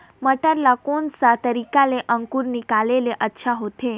मटर ला कोन सा तरीका ले अंकुर निकाले ले अच्छा होथे?